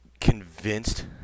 convinced